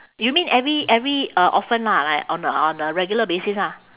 you mean every every uh often lah like on a on a regular basis ah